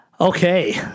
Okay